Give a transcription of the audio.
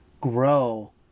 grow